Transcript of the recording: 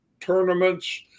tournaments